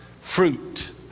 fruit